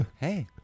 Hey